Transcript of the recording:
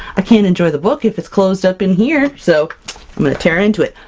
i can't enjoy the book if it's closed up in here! so i'm going to tear into it.